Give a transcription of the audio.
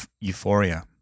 euphoria